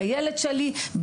בילד שלי,